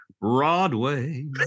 Broadway